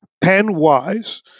pen-wise